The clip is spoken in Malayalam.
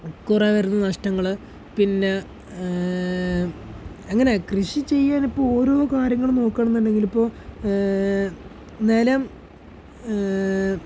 കുറേ വരുന്ന നഷ്ടങ്ങൾ പിന്നെ അങ്ങനെ കൃഷി ചെയ്യാനിപ്പോൾ ഓരോ കാര്യങ്ങൾ നോക്കുകയാണെന്നുണ്ടെങ്കിൽ ഇപ്പോൾ നിലം